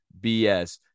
BS